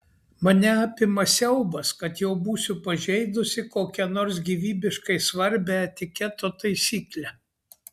mane apima siaubas kad jau būsiu pažeidusi kokią nors gyvybiškai svarbią etiketo taisyklę